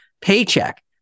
paycheck